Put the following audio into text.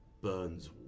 burns